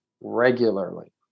regularly